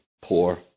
poor